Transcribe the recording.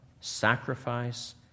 sacrifice